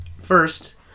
first